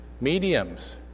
mediums